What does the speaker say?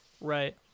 Right